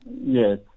Yes